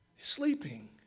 sleeping